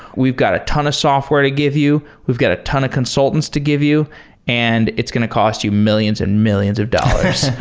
we've got a ton of software to give you. we've got a ton of consultants to give you and it's going to cost you millions and millions of dollars.